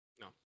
No